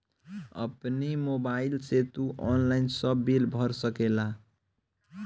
अपनी मोबाइल से तू ऑनलाइन सब बिल भर सकेला